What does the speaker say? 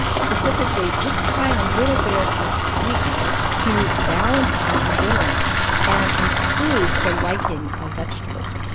specifically just trying a little bit of sweetness to balance out the bitterness and improve the liking of vegetables.